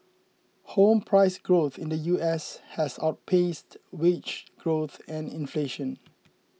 home price growth in the U S has outpaced wage growth and inflation